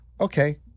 okay